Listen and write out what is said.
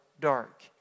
dark